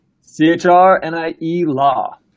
C-H-R-N-I-E-Law